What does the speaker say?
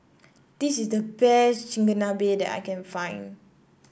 this is the best Chigenabe that I can find